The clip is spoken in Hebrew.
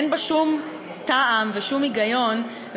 אין בה שום טעם ושום היגיון.